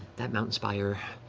that mountain spire,